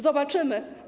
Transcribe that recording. Zobaczymy.